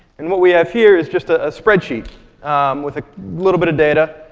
and what we have here is just a spreadsheet with a little bit of data.